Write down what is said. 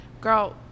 girl